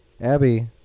Abby